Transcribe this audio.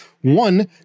One